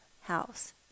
house